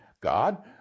God